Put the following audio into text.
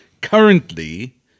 currently